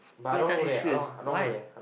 BreadTalk H_Q is why